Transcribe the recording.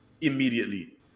immediately